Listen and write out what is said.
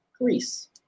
greece